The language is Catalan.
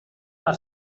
per